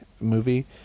movie